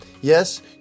Yes